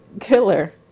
killer